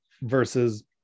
versus